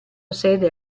sede